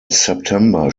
september